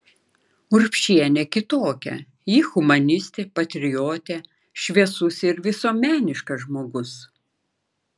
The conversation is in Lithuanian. urbšienė kitokia ji humanistė patriotė šviesus ir visuomeniškas žmogus